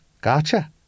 gotcha